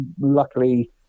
Luckily